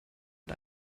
mit